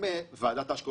היתר בקרנות הון סיכון,